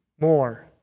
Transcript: more